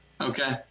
Okay